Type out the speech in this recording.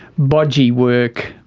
bodgy work,